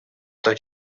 тот